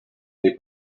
they